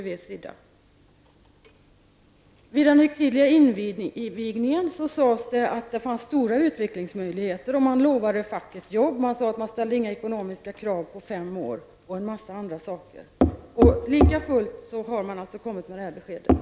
Vid den högtidliga invigningen sades det att det fanns stora utvecklingsmöjligheter, och facket fick löften om jobb. Det sades att det inte skulle ställas några ekonomiska krav under fem år, m m. Likafullt har detta besked kommit.